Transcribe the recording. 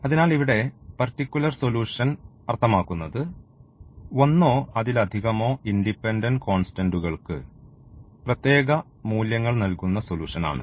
അതിനാൽ ഇവിടെ particular solution അർത്ഥമാക്കുന്നത് ഒന്നോ അതിലധികമോ ഇൻഡിപെൻഡൻറ് കോൺസ്റ്റന്റുകൾക്ക് പ്രത്യേക മൂല്യങ്ങൾ നൽകുന്ന സൊലൂഷൻ ആണ്